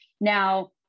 Now